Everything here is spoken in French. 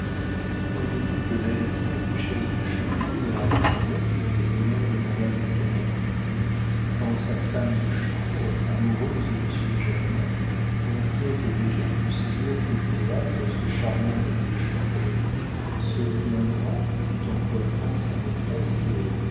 croyez-vous que l'altière duchesse de chaulieu verra d'un bon œil le bonheur de madame de canalis quand sa femme de chambre amoureuse de monsieur germain inquiète déjà du séjour que fait au havre ce charmant valet de chambre se plaindra tout en coiffant sa maîtresse de